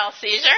seizure